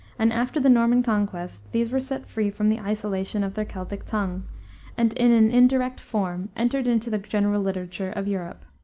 and after the norman conquest these were set free from the isolation of their celtic tongue and, in an indirect form, entered into the general literature of europe.